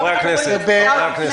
עכשיו אנחנו רואים שהיא מגיעה עוד לפני.